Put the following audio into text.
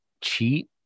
cheat